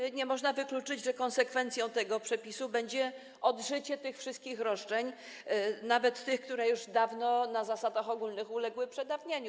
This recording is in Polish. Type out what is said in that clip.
I nie można wykluczyć, że konsekwencją tego przepisu będzie odżycie tych wszystkich roszczeń, nawet tych, które już dawno na zasadach ogólnych uległy przedawnieniu.